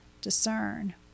discern